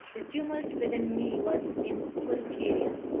the tumult within me was in full career.